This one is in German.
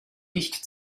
nicht